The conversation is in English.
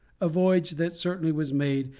a voyage that certainly was made,